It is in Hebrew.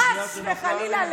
חס וחלילה.